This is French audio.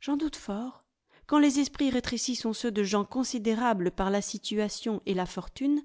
j'en doute fort quand les esprits rétrécis sont ceux de gens considérables par la situation et la fortune